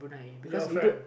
your friend